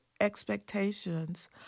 expectations